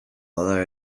bada